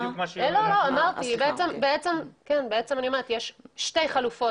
זה בדיוק מה --- אמרתי שיש שתי חלופות